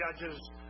judges